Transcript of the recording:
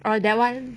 orh that one